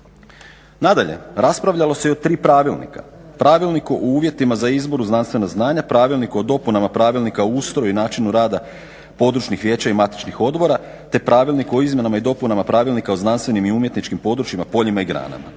Nadalje, raspravljalo se i o tri pravilnika. Pravilnik o uvjetima za izbor u znanstvena zvanja, Pravilnik o dopunama Pravilnika o ustroju i načinu rada područnih vijeća i matičnih odbora, te Pravilnik o izmjenama i dopunama Pravilnika o znanstvenim i umjetničkim područjima, poljima i granama.